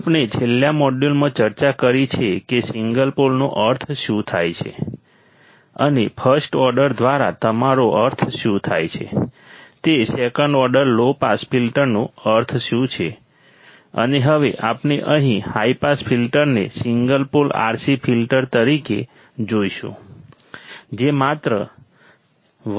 આપણે છેલ્લા મોડ્યુલમાં ચર્ચા કરી છે કે સિંગલ પોલનો અર્થ શું થાય છે અને ફર્સ્ટ ઓર્ડર દ્વારા તમારો અર્થ શું થાય છે તે સેકન્ડ ઓર્ડર લો પાસ ફિલ્ટર્સનો અર્થ શું છે અને હવે આપણે અહીં હાઈ પાસ ફિલ્ટર્સને સિંગલ પોલ RC ફિલ્ટર તરીકે જોઈશું જે માત્ર 1 R 1 Cછે